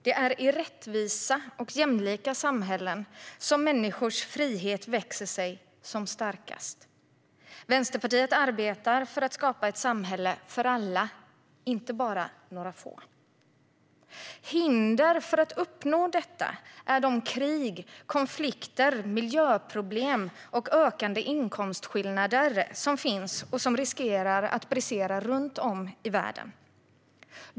Det är i rättvisa och jämlika samhällen som människors frihet växer sig som starkast. Vänsterpartiet arbetar för att skapa ett samhälle för alla, inte bara några få. Hinder för att uppnå detta är de krig, konflikter, miljöproblem och ökande inkomstskillnader som finns och som riskerar att brisera runt om i världen.